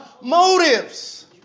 motives